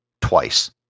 twice